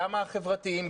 גם החברתיים,